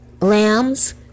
lambs